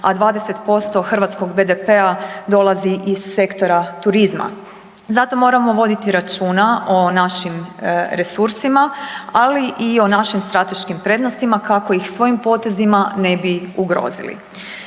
a 20% hrvatskog BDP-a dolazi iz sektora turizma. Zato moramo voditi računa o našim resursima, ali i o našim strateškim prednostima kako ih svojim potezima ne bi ugrozili.